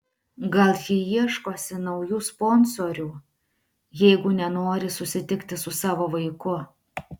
gal ji ieškosi naujų sponsorių jeigu nenori susitikti su savo vaiku